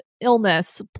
illness